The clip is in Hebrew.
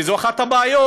כי זו אחת הבעיות,